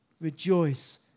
Rejoice